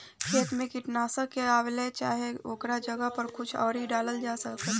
खेत मे कीटनाशक के अलावे चाहे ओकरा जगह पर कुछ आउर डालल जा सकत बा?